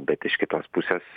bet iš kitos pusės